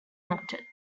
noted